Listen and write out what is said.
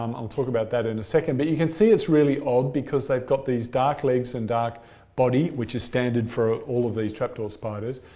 um i'll talk about that in a second. but you can see it's really odd because they've got these dark legs and dark body which is standard for all of these trapdoor spiders,